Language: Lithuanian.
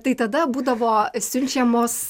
tai tada būdavo siunčiamos